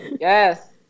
Yes